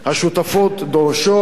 השותפות דורשות,